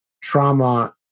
trauma